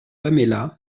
paméla